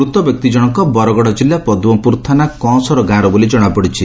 ମୃତ ବ୍ୟକ୍ତିଜଶକ ବରଗଡ ଜିଲ୍ଲା ପଦ୍କପୁର ଥାନା କଂଅସର ଗାଁରେ ବୋଲି ଜଣାପଡିଛି